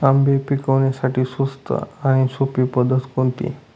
आंबे पिकवण्यासाठी स्वस्त आणि सोपी पद्धत कोणती?